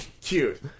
Cute